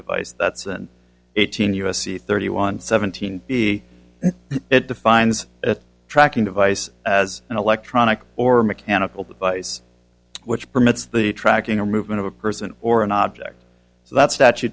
device that's an eighteen u s c thirty one seventeen b it defines a tracking device as an electronic or mechanical device which permits the tracking or movement of a person or an object so that statu